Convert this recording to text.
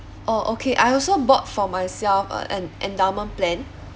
orh okay I also bought for myself uh an endowment plan